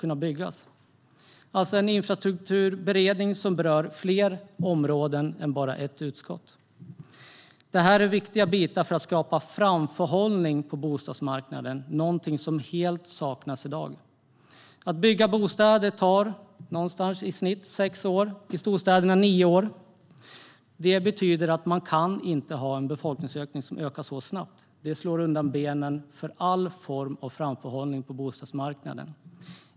Det ska alltså vara en bostads och infrastrukturberedning som berör fler än bara ett utskotts områden. Detta är viktiga delar för att skapa framförhållning på bostadsmarknaden. Det är någonting som helt saknas i dag. Att bygga bostäder tar i snitt sex år, och i storstäderna nio år. Det betyder att man inte kan ha en befolkning som ökar så snabbt. Det slår undan benen för all form av framförhållning på bostadsmarknaden.